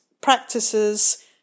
practices